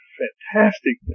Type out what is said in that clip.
fantastic